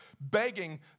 begging